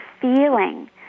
feeling